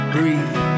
Breathe